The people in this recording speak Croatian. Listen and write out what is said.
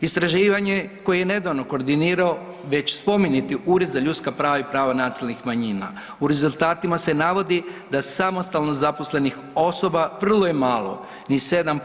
Istraživanje koje je nedavno koordinirao već spomenuti Ured za ljudska prava i prava nacionalnih manjina, u rezultatima se navodi da samostalno zaposlenih osoba vrlo je malo, ni 7%